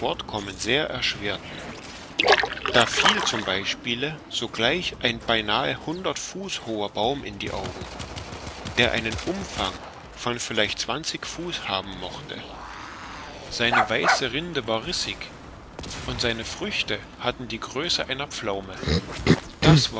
fortkommen sehr erschwerten da fiel zum beispiele sogleich ein beinahe hundert fuß hoher baum in die augen der einen umfang von vielleicht zwanzig fuß haben mochte seine weiße rinde war rissig und seine früchte hatten die größe einer pflaume das